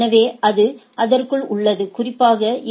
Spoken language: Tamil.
எனவே அது அதற்குள் உள்ளது குறிப்பாக ஏ